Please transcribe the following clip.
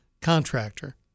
contractor